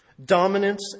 Dominance